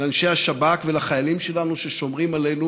לאנשי השב"כ ולחיילים שלנו ששומרים עלינו